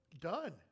done